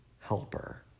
helper